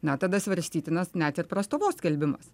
na tada svarstytinas net prastovos skelbimas